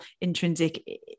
intrinsic